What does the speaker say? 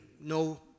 no